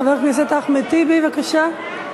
חבר הכנסת אחמד טיבי, בבקשה.